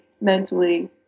mentally